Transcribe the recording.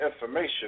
information